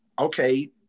okay